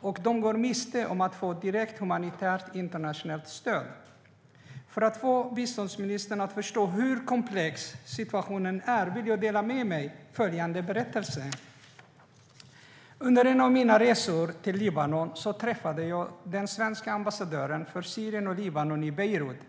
och går miste om direkt humanitärt internationellt stöd. För att få biståndsministern att förstå hur komplex situationen är vill jag dela med mig av följande berättelse: Under en av mina resor till Libanon träffade jag den svenska ambassadören för Syrien och Libanon i Beirut.